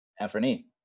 Anthony